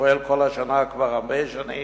שפועל כל השנה, כבר הרבה שנים,